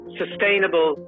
sustainable